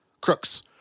Crooks